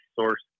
source